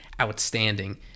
outstanding